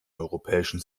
europäischen